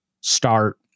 start